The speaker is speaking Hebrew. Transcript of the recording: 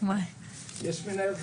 יש מנהל חטיבה.